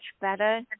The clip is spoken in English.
better